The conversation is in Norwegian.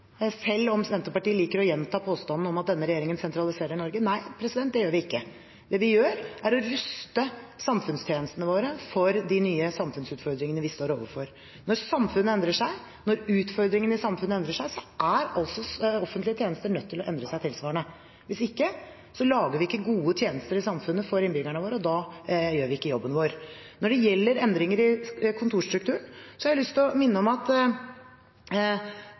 selv om Senterpartiet liker å gjenta påstanden, at denne regjeringen sentraliserer Norge. Nei, det gjør vi ikke. Det vi gjør, er å ruste samfunnstjenestene våre for de nye samfunnsutfordringene vi står overfor. Når samfunnet endrer seg, når utfordringene i samfunnet endrer seg, er offentlige tjenester nødt til å endre seg tilsvarende. Hvis ikke lager vi ikke gode samfunnstjenester for innbyggerne våre, og da gjør vi ikke jobben vår. Når det gjelder endringer i kontorstrukturen, har jeg lyst til å minne om at